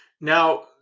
Now